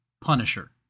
Punisher